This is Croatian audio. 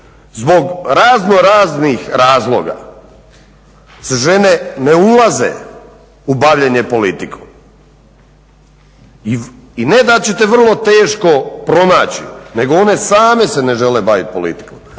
zbog raznoraznih razloga žene ne ulaze u bavljenje politikom. I ne da ćete vrlo teško pronaći nego one same se ne žele baviti politikom.